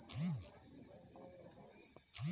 क्या ग्वार की खेती से खेत की ओर उर्वरकता बढ़ती है?